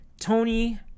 Tony